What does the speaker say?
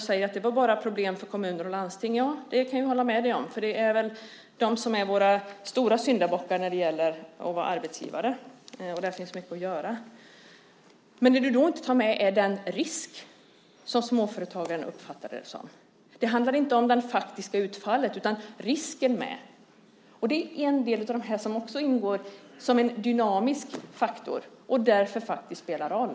Du säger att det var bara problem för kommuner och landsting. Ja, det kan jag hålla med om. Det är väl de som är våra stora syndabockar när det gäller att vara arbetsgivare. Där finns det mycket att göra. Det du då inte tar med är den risk som småföretagaren uppfattar det som. Det handlar inte om det faktiska utfallet utan om risken. Det är en del som också ingår som en dynamisk faktor och därför spelar roll.